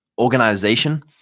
organization